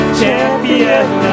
champion